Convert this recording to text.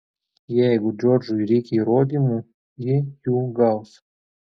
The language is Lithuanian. jeigu džordžui reikia įrodymų ji jų gaus